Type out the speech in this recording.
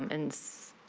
um ends.